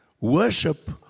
Worship